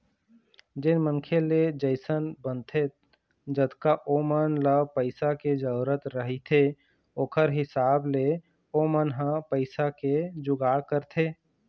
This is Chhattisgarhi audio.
जेन मनखे ले जइसन बनथे जतका ओमन ल पइसा के जरुरत रहिथे ओखर हिसाब ले ओमन ह पइसा के जुगाड़ करथे